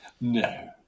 No